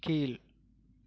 கீழ்